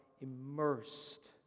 immersed